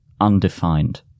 undefined